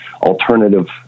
alternative